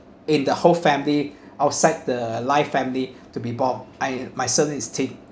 in the whole family outside the life family to be born I myself instead